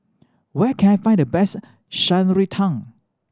where can I find the best Shan Rui Tang